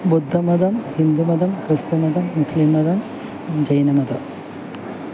ബുദ്ധമതം ഹിന്ദുമതം ക്രിസ്തുമതം മുസ്ലിം മതം ജൈനമതം